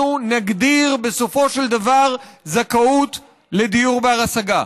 נגדיר בסופו של דבר זכאות לדיור בר-השגה.